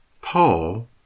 Paul